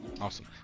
awesome